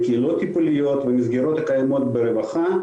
לקהילות טיפוליות ולמסגרות הקיימות ברווחה.